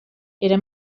era